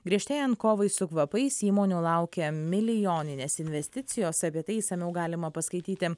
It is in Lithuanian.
griežtėjant kovai su kvapais įmonių laukia milijoninės investicijos apie tai išsamiau galima paskaityti